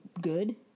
good